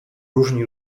różni